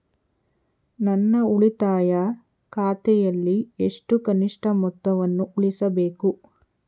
ನನ್ನ ಉಳಿತಾಯ ಖಾತೆಯಲ್ಲಿ ಎಷ್ಟು ಕನಿಷ್ಠ ಮೊತ್ತವನ್ನು ಉಳಿಸಬೇಕು?